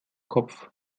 kopf